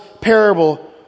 parable